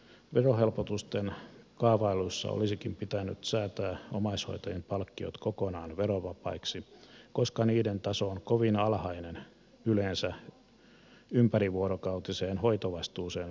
verohelpotusten kaavailuissa olisikin pitänyt säätää omaishoitajien palkkiot kokonaan verovapaiksi koska niiden taso on kovin alhainen yleensä mpärivuorokautiseen hoitovastuuseen verrattuna